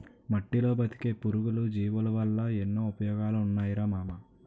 మట్టిలో బతికే పురుగులు, జీవులవల్ల ఎన్నో ఉపయోగాలున్నాయిరా మామా